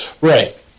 Right